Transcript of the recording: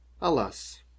Alas